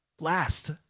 last